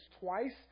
twice